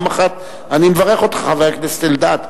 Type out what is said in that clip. אני מברך אותך, חבר הכנסת אלדד.